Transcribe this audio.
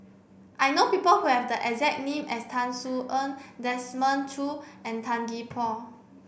I know people who have the exact name as Tan Sin Aun Desmond Choo and Tan Gee Paw